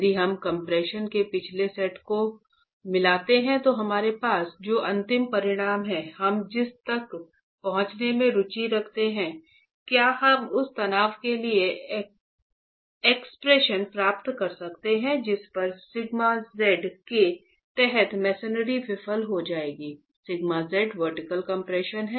यदि हम एक्सप्रेशन के पिछले सेट को मिलाते हैं तो हमारे पास जो अंतिम परिणाम है हम जिस तक पहुँचने में रुचि रखते हैं क्या हम उस तनाव के लिए एक्सप्रेशन प्राप्त कर सकते हैं जिस पर σ z के तहत मेसेनरी विफल हो जाएगी σ z वर्टिकल कम्प्रेशन है